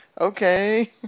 okay